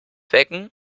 wecken